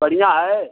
बढ़िया है